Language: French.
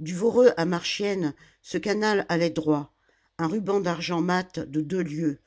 du voreux à marchiennes ce canal allait droit un ruban d'argent mat de deux lieues